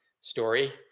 story